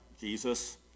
Jesus